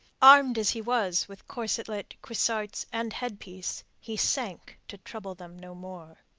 armed as he was with corselet, cuissarts, and headpiece, he sank to trouble them no more.